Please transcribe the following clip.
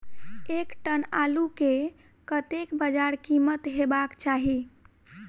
एक टन आलु केँ कतेक बजार कीमत हेबाक चाहि?